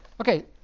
Okay